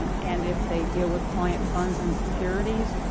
um and if they deal with client funds and securities,